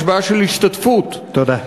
יש בעיה של השתתפות, תודה.